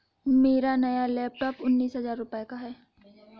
मेरा नया लैपटॉप उन्नीस हजार रूपए का है